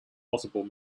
possible